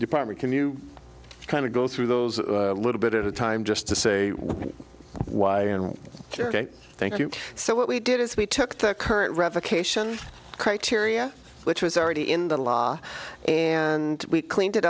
department can you kind of go through those a little bit at a time just to say why and thank you so what we did is we took the current revocation criteria which was already in the law and we cleaned it